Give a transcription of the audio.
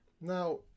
Now